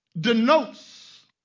denotes